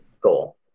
goal